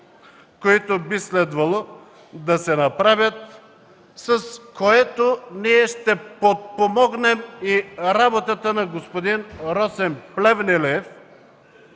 които би следвало да се направят, с което ще подпомогнем и работата на господин Росен Плевнелиев,